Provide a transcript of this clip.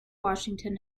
washington